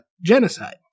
genocide